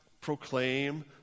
proclaim